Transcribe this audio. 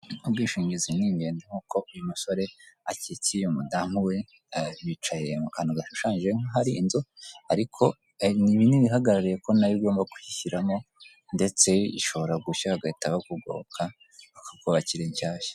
Ubwishingizi ni ingenzi nkuko uyu musore akikiye umudamu we, bicaye mu kantu gashushanyije nkaho ari inzu, ariko ibi ni ibigaragara ko nayo igomba kuyishyiramo ndetse ishobora gushya bagahita bakugoboka, bakakubakira inshyashya.